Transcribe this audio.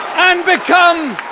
and become